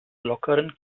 lockeren